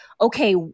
okay